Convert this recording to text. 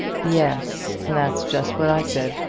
yes that's just what i said.